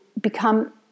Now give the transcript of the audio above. become